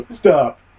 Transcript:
stop